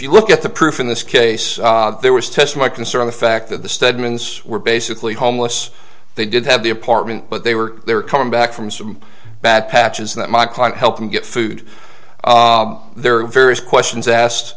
you look at the proof in this case there was test my concern the fact that the stedman's were basically homeless they did have the apartment but they were they were coming back from some bad patches that my client help them get food there are various questions asked